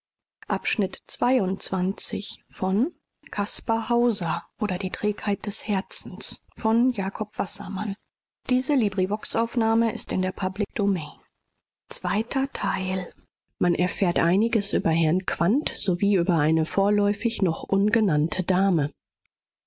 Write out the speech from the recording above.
antwort erteilt man erfährt einiges über herrn quandt sowie über eine vorläufig noch ungenannte dame